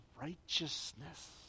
righteousness